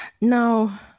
Now